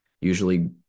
usually